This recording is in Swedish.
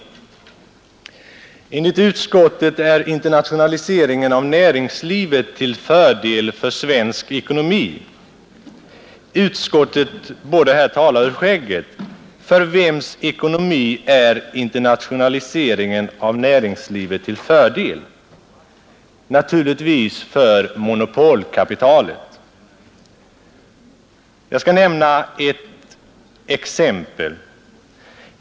Enligt utskottet är internationaliseringen av näringslivet till fördel för svensk ekonomi. Utskottet borde här tala ur skägget. För vems ekonomi är internationaliseringen av näringslivet till fördel? Naturligtvis för monopolkapitalet. Jag skall nämna ett exempel.